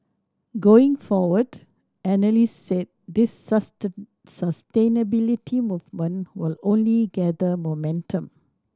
going forward analysts said this sustain sustainability movement will only gather momentum